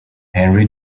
هنری